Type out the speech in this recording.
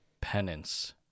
penance